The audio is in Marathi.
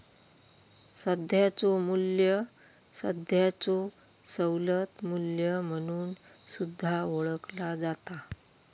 सध्याचो मू्ल्य सध्याचो सवलत मू्ल्य म्हणून सुद्धा ओळखला जाता